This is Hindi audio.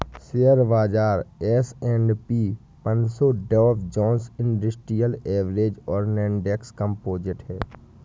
शेयर बाजार एस.एंड.पी पनसो डॉव जोन्स इंडस्ट्रियल एवरेज और नैस्डैक कंपोजिट है